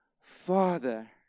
Father